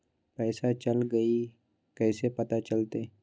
पैसा चल गयी कैसे पता चलत?